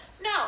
no